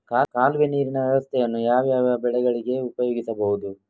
ಕಾಲುವೆ ನೀರಿನ ವ್ಯವಸ್ಥೆಯನ್ನು ಯಾವ್ಯಾವ ಬೆಳೆಗಳಿಗೆ ಉಪಯೋಗಿಸಬಹುದು?